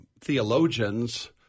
theologians